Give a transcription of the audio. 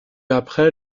après